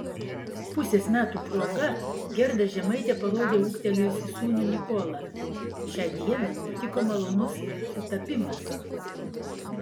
pusės metų proga gerda žemaitė parodė ūgtelėjusį sūnų nikolą šią dieną nutiko malonus sutapimas